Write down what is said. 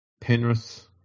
Penrith